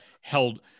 held